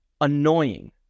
annoying